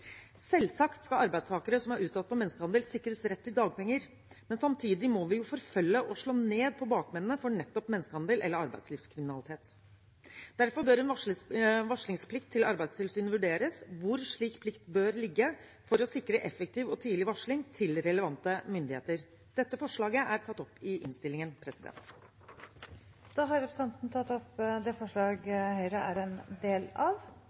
Selvsagt skal arbeidstakere som er utsatt for menneskehandel, sikres rett til dagpenger, men samtidig må vi jo forfølge og slå ned på bakmennene for nettopp menneskehandel eller arbeidslivskriminalitet. Derfor bør en varslingsplikt til Arbeidstilsynet vurderes, hvor slik plikt bør ligge, for å sikre effektiv og tidlig varsling til relevante myndigheter. Dette forslaget er tatt opp i innstillingen. Da har representanten tatt opp det